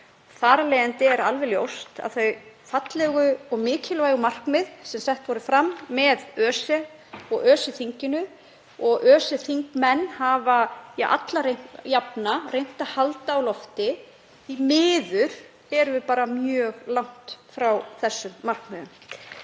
af leiðandi er alveg ljóst að þau fallegu og mikilvægu markmið sem sett voru fram með ÖSE og ÖSE-þinginu og ÖSE-þingmenn hafa alla jafna reynt að halda á lofti — því miður erum við bara mjög langt frá þessum markmiðum.